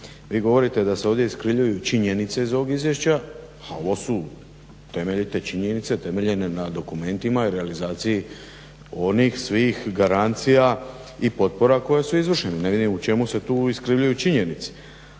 vi govorite da se ovdje iskrivljuju činjenice iz ovog izvješća, a ovo su temeljite činjenice temeljene na dokumentima i realizaciji onih svih garancija i potpora koje su izvršene. Ne vidim u čemu se tu iskrivljuju činjenice.